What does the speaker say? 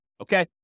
Okay